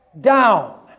Down